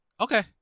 Okay